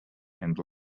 and